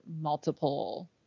multiple